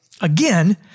again